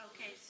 Okay